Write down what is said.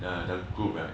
the the group like